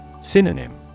Synonym